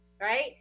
right